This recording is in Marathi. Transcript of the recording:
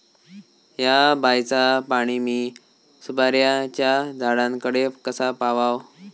हया बायचा पाणी मी सुपारीच्या झाडान कडे कसा पावाव?